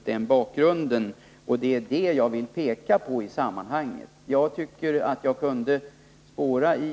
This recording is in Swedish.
Det är detta som jag har velat peka på i det här sammanhanget.